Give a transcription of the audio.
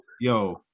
yo